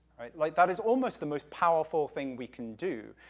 like, that is almost the most powerful thing we can do,